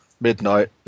midnight